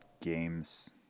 games